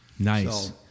Nice